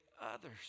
others